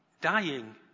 Dying